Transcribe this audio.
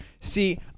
see